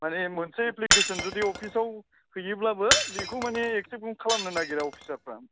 माने मोनसे एफ्लिकेसन जुदि अफिसआव हैयोब्लाबो बेखौ मानि एक्सेप्टखौनो खालामनो नागिरा अफिसारफ्रा